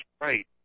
right